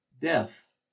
death